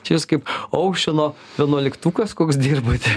čia jūs kaip oušeno vienuoliktukas koks dirbate